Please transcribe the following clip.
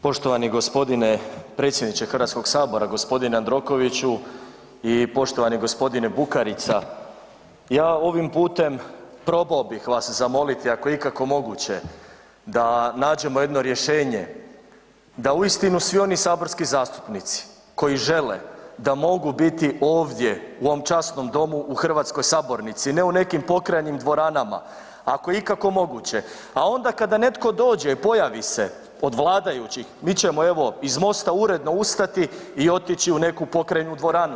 Poštovani gospodine predsjedniče Hrvatskog sabora gospodine Jandrokoviću i poštovani gospodine Bukarica ja ovim putem probao bih vas zamoliti ako je ikako moguće da nađemo jedno rješenje da uistinu svi oni saborski zastupnici koji žele da mogu biti ovdje u ovom časnom domu u hrvatskoj sabornici ne u nekim pokrajnim dvoranama, ako je ikako moguće, a onda kada netko dođe pojavi se od vladajućih mi ćemo evo iz MOST-a uredno ustati otići u neku pokrajnu dvoranu.